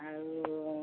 ଆଉ